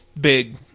Big